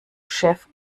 chef